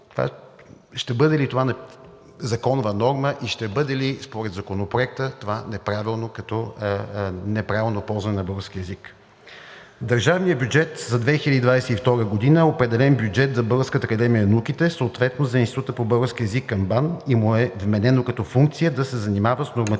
Ще бъде ли това законова норма и ще бъде ли според Законопроекта неправилно ползване на българския език? В държавния бюджет за 2022 г. е определен бюджет за Българската академия на науките, съответно за Института по български език към БАН и му е вменено като функция да се занимава с нормативните